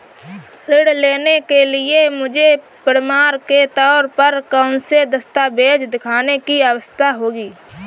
ऋृण लेने के लिए मुझे प्रमाण के तौर पर कौनसे दस्तावेज़ दिखाने की आवश्कता होगी?